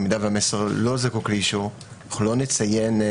במידה והמסר לא זקוק לאישור, אנחנו לא נציין.